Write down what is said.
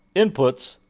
inputs,